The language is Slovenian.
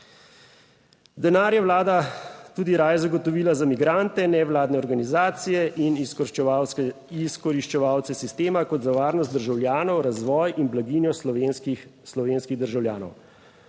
Denar je Vlada tudi raje zagotovila za migrante, nevladne organizacije in izkoriščevalske, izkoriščevalce sistema kot za varnost državljanov, razvoj in blaginjo slovenskih, slovenskih